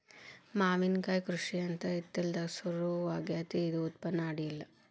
ಮಾವಿನಕಾಯಿ ಕೃಷಿ ಅಂತ ಇತ್ತಿತ್ತಲಾಗ ಸುರು ಆಗೆತ್ತಿ ಇದು ಉತ್ಪನ್ನ ಅಡಿಯಿಲ್ಲ